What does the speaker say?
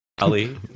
Ali